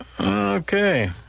okay